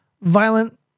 violent